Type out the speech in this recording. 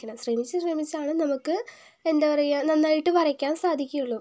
ശ്രമിച്ചു ശ്രമിച്ചാണ് നമുക്ക് എന്താ പറയുക നന്നായിട്ട് വരയ്ക്കാൻ സാധിക്കുകയുള്ളു